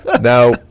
Now